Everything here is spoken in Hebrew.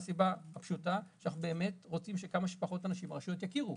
מהסיבה הפשוטה שאנחנו באמת רוצים כמה שפחות אנשים שהרשויות יכירו,